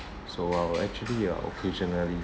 so I will actually uh occasionally